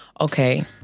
okay